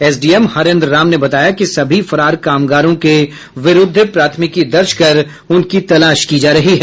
SDM Harendra Ram ने बताया कि सभी फरार कामगारों के विरूद्ध प्राथमिकी दर्ज कर उनकी तलाश की जा रही है